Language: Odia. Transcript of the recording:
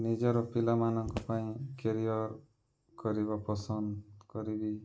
ନିଜର ପିଲାମାନଙ୍କ ପାଇଁ କ୍ୟାରିୟର୍ କରିବା ପସନ୍ଦ କରିବି